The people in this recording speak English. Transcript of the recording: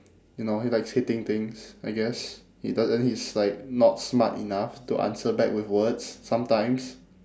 you know he likes hitting things I guess he does and then he's like not smart enough to answer back with words sometimes